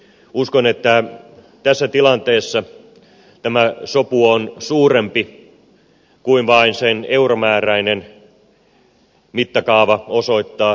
uskon että tässä tilanteessa tämä sopu on suurempi kuin vain sen euromääräinen mittakaava osoittaa